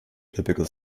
typical